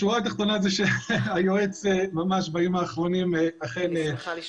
השורה התחתונה היא שהיועץ ממש בימים האחרונים אימץ